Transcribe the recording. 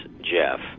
Jeff